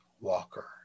walker